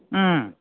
ꯎꯝ